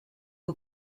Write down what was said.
que